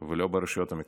ולא ברשויות המקומיות.